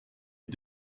est